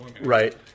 Right